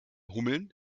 hummeln